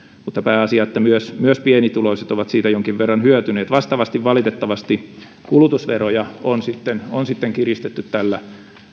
mutta pääasia on että myös myös pienituloiset ovat siitä jonkin verran hyötyneet vastaavasti valitettavasti kulutusveroja on myös kiristetty tällä